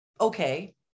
okay